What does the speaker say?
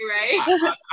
right